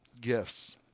gifts